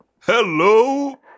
Hello